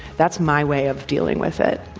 that's my way of dealing with it